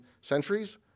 centuries